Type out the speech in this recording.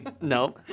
No